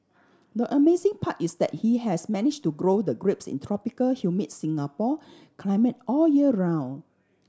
the amazing part is that he has managed to grow the grapes in tropical humid Singapore climate all year round